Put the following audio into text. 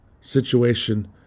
situation